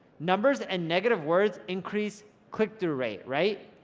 numbers and negative words increase click through rate, right,